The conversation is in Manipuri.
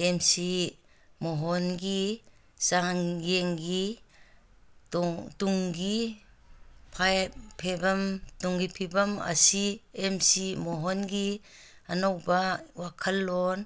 ꯑꯦꯝ ꯁꯤ ꯃꯣꯍꯣꯟꯒꯤ ꯆꯥꯡꯌꯦꯡꯒꯤ ꯇꯨꯡꯒꯤ ꯇꯨꯡꯒꯤ ꯐꯤꯕꯝ ꯑꯁꯤ ꯑꯦꯝ ꯁꯤ ꯃꯣꯍꯣꯟꯒꯤ ꯑꯅꯧꯕ ꯋꯥꯈꯜꯂꯣꯟ